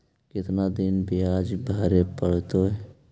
कितना दिन बियाज भरे परतैय?